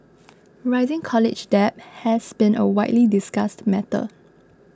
rising college debt has been a widely discussed matter